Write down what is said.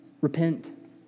repent